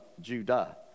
Judah